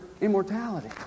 immortality